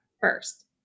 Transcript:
first